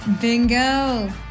bingo